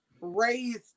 raised